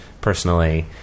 personally